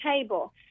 table